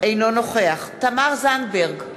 אינו נוכח תמר זנדברג,